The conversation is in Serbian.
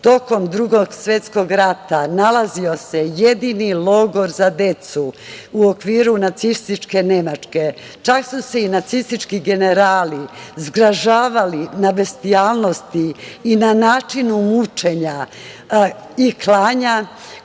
Tokom Drugog svetskog rata nalazio se jedini logor za decu u okviru Nacističke Nemačke. Čak su se i nacistički generali zgražavali na bestijalnosti i na načinu mučenja i klanja